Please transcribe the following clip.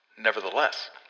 Nevertheless